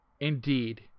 indeed